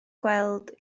gweld